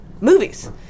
movies